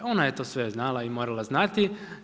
Ona je to sve znala i morala znati.